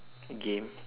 game